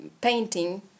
Painting